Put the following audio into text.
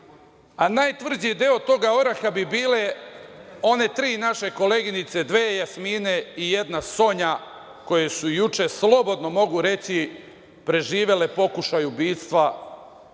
Najtvrđi deo toga oraha bi bile one tri naše koleginice, dve Jasmine i jedna Sonja, koje su juče, slobodno mogu reći, preživele pokušaj ubistva